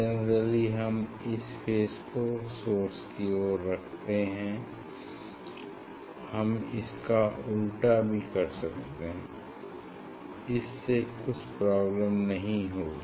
generally हम इस face को सोर्स की ओर रखते हैं हम इसका उल्टा भी कर सकते हैं इससे कुछ प्रॉब्लम नहीं होगी